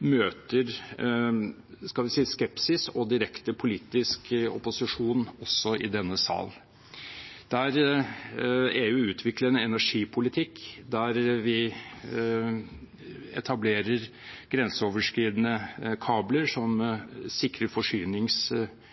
møter, skal vi si, skepsis og direkte politisk opposisjon, også i denne sal. Der EU utvikler en energipolitikk der vi etablerer grenseoverskridende kabler som sikrer